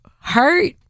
hurt